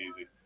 easy